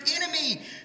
enemy